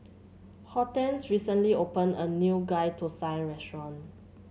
Hortense recently opened a new Ghee Thosai restaurant